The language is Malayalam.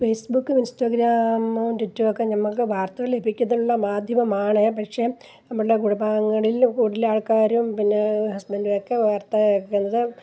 ഫേസ്ബുക്കും ഇൻസ്റ്റാഗ്രാമും ട്വിറ്ററൊക്കെ നമ്മള്ക്ക് വാർത്തകൾ ലഭിക്കുന്നതിനുള്ള മാധ്യമമാണ് പക്ഷേ നമ്മളുടെ കുടുംബാംഗങ്ങളില് കൂടുതലാൾക്കാരും പിന്നേ ഹസ്ബൻറ്റുമൊക്കെ വാർത്ത കേള്ക്കുന്നത്